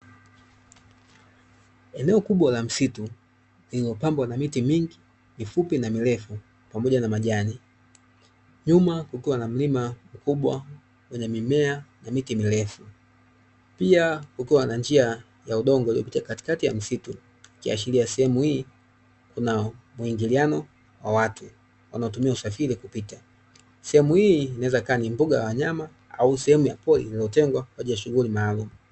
Eneo kubwa la msitu lililopambwa na miti mingi mifupi na mirefu, pamoja na majani. Nyuma kukiwa na mlima mkubwa wenye mimea na miti mirefu. Pia kukiwa na njia ya udongo iliyopita katikati ya msitu, ikiashiria sehemu hii kuna wa uingiliano wa watu wanaotumia usafiri kupita. Sehemu hii inaweza ikawa ni mbuga ya wanyama au sehemu ya pori iliyotengwa kwa ajili ya shughuli maalumu.